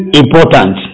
important